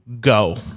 go